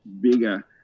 bigger